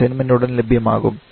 assignment ഉടൻ ലഭ്യമാക്കും